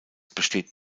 besteht